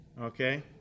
Okay